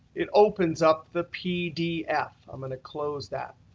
it opens up the pdf. i'm going to close that.